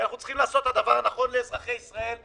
כי אנחנו צריכים לעשות את הדבר הנכון לאזרחי ישראל,